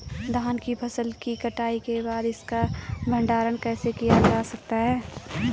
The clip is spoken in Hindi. धान की फसल की कटाई के बाद इसका भंडारण कैसे किया जा सकता है?